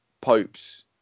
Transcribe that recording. Pope's